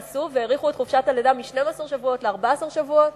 והאריכו את חופשת הלידה מ-12 שבועות ל-14 שבועות,